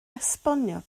esbonio